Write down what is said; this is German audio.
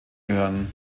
gehören